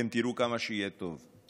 כשאנחנו נהיה, אתם תראו כמה טוב יהיה,